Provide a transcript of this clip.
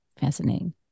fascinating